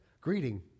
greeting